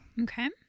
Okay